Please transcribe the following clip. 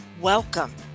Welcome